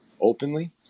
openly